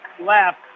left